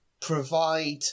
provide